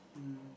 mm